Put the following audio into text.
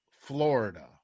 Florida